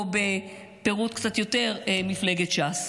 או בקצת יותר פירוט: מפלגת ש"ס.